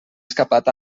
escapat